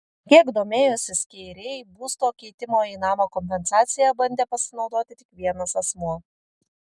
kiek domėjosi skeiriai būsto keitimo į namą kompensacija bandė pasinaudoti tik vienas asmuo